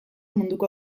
munduko